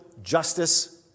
justice